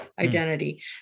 identity